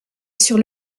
sur